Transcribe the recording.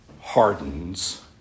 hardens